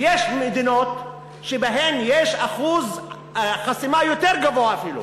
ויש מדינות שבהן יש אחוז חסימה יותר גבוה אפילו.